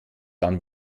dann